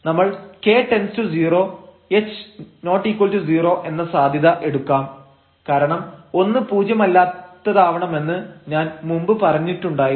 നമ്മൾ k→0 h≠0 എന്ന സാധ്യത എടുക്കാം കാരണം ഒന്ന് പൂജ്യം അല്ലാത്തതാവണമെന്ന് ഞാൻ മുമ്പ് പറഞ്ഞിട്ടുണ്ടായിരുന്നു